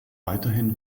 weiterhin